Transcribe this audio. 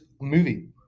movie